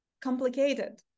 complicated